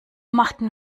machten